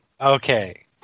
Okay